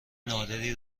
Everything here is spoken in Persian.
نادری